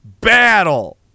battle